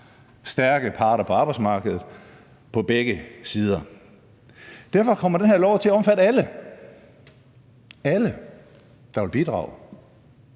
stærke parter på arbejdsmarkedet på begge sider. Derfor kommer den her lov til at omfatte alle, der vil bidrage,